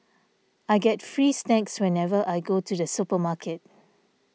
I get free snacks whenever I go to the supermarket